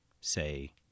say